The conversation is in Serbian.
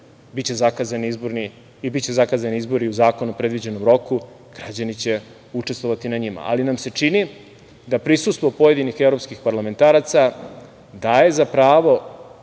biće zakazani izbori u zakonom predviđenom roku, građani će učestvovati na njima, ali nam se čini da prisustvo pojedinih evropskih parlamentaraca daje za pravo